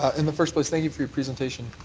ah in the first place, thank you for your presentation.